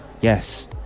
yes